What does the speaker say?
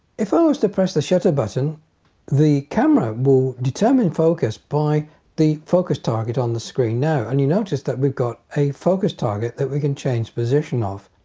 if i was to press the shutter button the camera will determine focus by the focused target on the screen now and you notice that we've got a focus target that we can change position of.